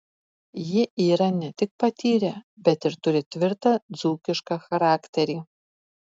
jie yra ne tik patyrę bet ir turi tvirtą dzūkišką charakterį